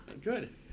Good